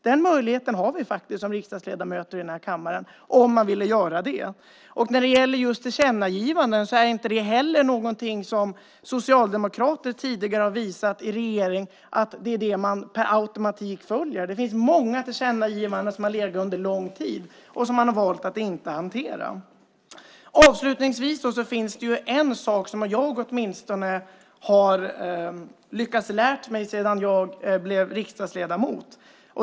Den möjligheten har vi faktiskt som riksdagsledamöter i den här kammaren. När det gäller just tillkännagivanden är inte det något som socialdemokrater tidigare har visat i regering att man per automatik följer. Det finns många tillkännagivanden som har legat under lång tid och som man har valt att inte hantera. Avslutningsvis finns det en sak som jag har lyckats lära mig sedan jag blev riksdagsledamot.